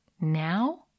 now